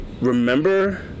Remember